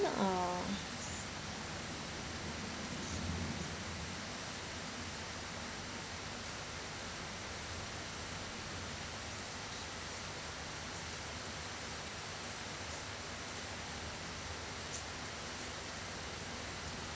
uh